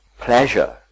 pleasure